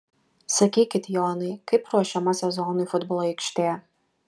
sakykit jonai kaip ruošiama sezonui futbolo aikštė